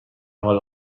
حال